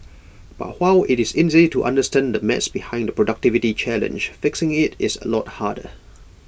but while IT is easy to understand the maths behind the productivity challenge fixing IT is A lot harder